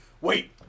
Wait